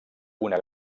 una